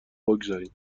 بگذاریم